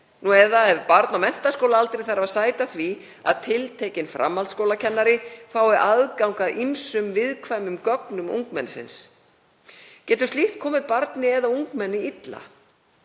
tíð eða ef barn á menntaskólaaldri þarf að sæta því að tiltekinn framhaldsskólakennari fái aðgang að ýmsum viðkvæmum gögnum ungmennisins. Getur slíkt komið barni eða ungmenni illa.